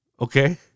okay